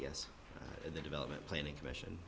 guess the development planning commission